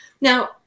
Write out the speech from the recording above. Now